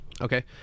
Okay